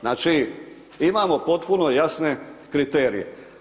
Znači, imamo potpuno jasne kriterije.